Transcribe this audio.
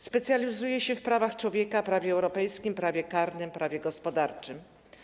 Specjalizuje się w prawach człowieka, prawie europejskim, prawie karnym, prawie gospodarczym.